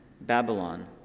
Babylon